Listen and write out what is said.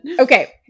Okay